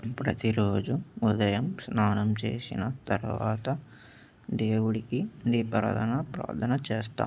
ప్రతిరోజు ఉదయం స్నానం చేసిన తర్వాత దేవుడికి దీపారాదన ప్రార్థన చేస్తాం